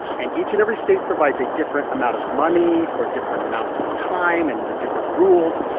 and each and every state provides a different amount of money for different amounts of time and under different rules.